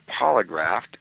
polygraphed